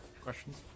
questions